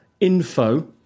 info